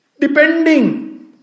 depending